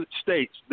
states